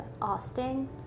Austin